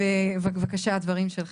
אתה מוזמן לסכם.